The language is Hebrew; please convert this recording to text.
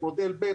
מודל ב',